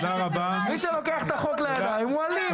מי שלוקח את החוק לידיים הוא אלים.